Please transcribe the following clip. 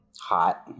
hot